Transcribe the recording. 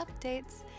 updates